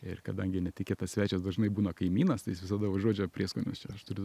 ir kadangi netikėtas svečias dažnai būna kaimynas tai jis visada užuodžia prieskonius čia aš turiu